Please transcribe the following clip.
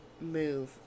move